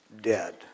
dead